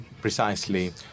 precisely